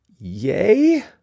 Yay